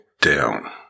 down